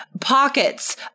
pockets